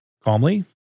calmly